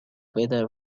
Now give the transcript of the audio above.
whether